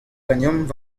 ganeomp